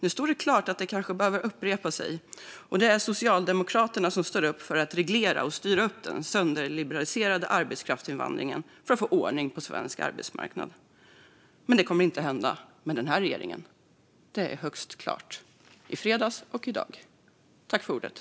Nu står det klart att historien kanske behöver upprepa sig och att det är Socialdemokraterna som står upp för att reglera och styra upp den sönderliberaliserade arbetskraftsinvandringen för att få ordning på svensk arbetsmarknad. Att det inte kommer att hända med den här regeringen står högst klart sedan i fredags och i dag.